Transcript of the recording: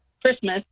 Christmas